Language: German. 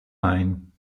main